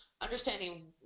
understanding